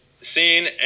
seen